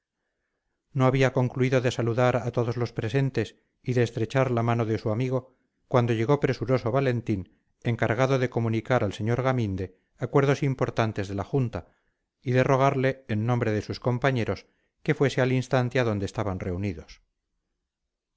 no había concluido de saludar a todos los presentes y de estrechar la mano de su amigo cuando llegó presuroso valentín encargado de comunicar al sr gaminde acuerdos importantes de la junta y de rogarle en nombre de sus compañeros que fuese al instante a donde estaban reunidos